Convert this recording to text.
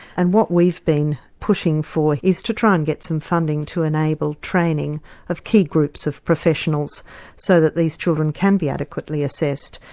and what we've been pushing for is to try and get some funding to enable training of key groups of professionals so that these children can be adequately assessed.